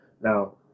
Now